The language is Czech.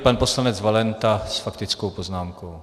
Pan poslanec Valenta s faktickou poznámkou.